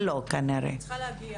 לא כרגע.